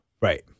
Right